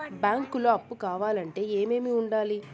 బ్యాంకులో అప్పు కావాలంటే ఏమేమి ఉండాలి?